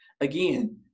again